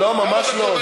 לא, ממש לא.